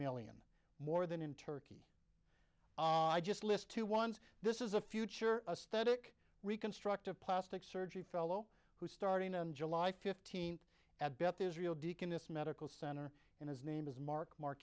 million more than in turkey i just list two ones this is a future a static reconstructive plastic surgery fellow who's starting on july fifteenth at beth israel deaconess medical center and his name is mark m